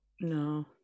no